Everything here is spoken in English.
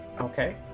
Okay